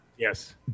Yes